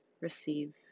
receive